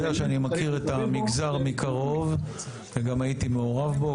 שאני מכיר את המגזר מקרוב וגם הייתי מעורב בו,